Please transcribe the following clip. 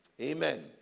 Amen